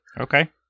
Okay